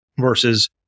versus